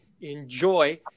enjoy